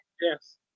yes